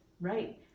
right